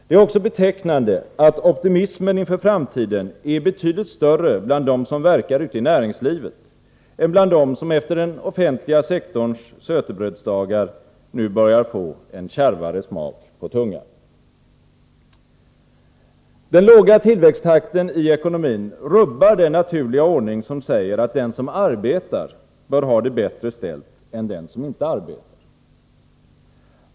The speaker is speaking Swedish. Det är också betecknande att optimismen inför framtiden är betydligt större bland dem som verkar ute i näringslivet än bland dem som efter den offentliga sektorns sötebrödsdagar nu börjar få en kärvare smak på tungan. Den låga tillväxttakten i ekonomin rubbar den naturliga ordning som säger att den som arbetar bör ha det bättre ställt än den som inte arbetar.